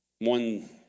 one